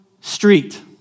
street